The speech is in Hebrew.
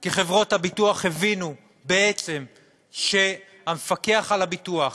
כי חברות הביטוח הבינו בעצם שהמפקח על הביטוח,